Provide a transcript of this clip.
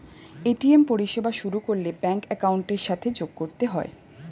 ATM পরিষেবা শুরু করলে ব্যাঙ্ক অ্যাকাউন্টের সাথে যোগ করতে হয়